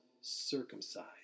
circumcised